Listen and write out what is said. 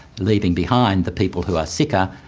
leaving behind the people who are sicker,